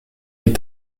des